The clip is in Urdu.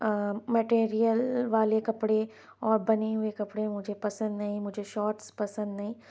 مٹیریل والے کپڑے اور بنی ہوئی کپڑے مجھے پسند نہیں مجھے شاٹس پسند نہیں